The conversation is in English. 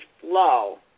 flow